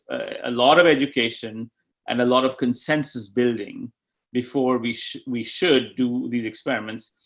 a lot of education and a lot of consensus building before we should, we should do these experiments.